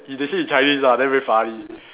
he they say in Chinese lah then very funny